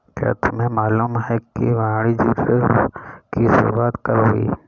क्या तुम्हें मालूम है कि वाणिज्य ऋण की शुरुआत कब हुई?